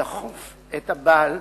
לכוף את הבעל